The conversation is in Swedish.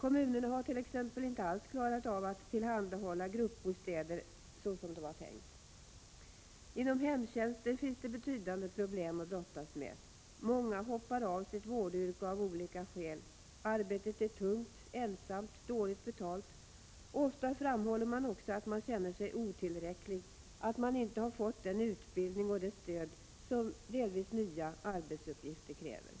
Kommunerna har t.ex. inte alls klarat av att tillhandahålla gruppbostäder såsom det var tänkt. Inom hemtjänsten finns det betydande problem att brottas med. Många hoppar av sitt vårdyrke av olika skäl. Arbetet är tungt, ensamt, dåligt betalt. Ofta framhåller man också att man känner sig otillräcklig, att man inte har fått den utbildning och det stöd som delvis nya arbetsuppgifter kräver.